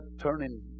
turning